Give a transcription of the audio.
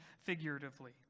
figuratively